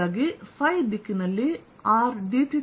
ಆದ್ದರಿಂದ ಫೈ ದಿಕ್ಕಿನಲ್ಲಿ rdθ ಬಾರಿ dr